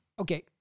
okay